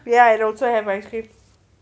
ya and also have ice cream